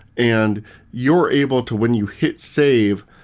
and you're able to, when you hit save,